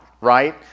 right